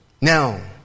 Now